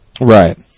Right